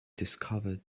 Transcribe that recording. discover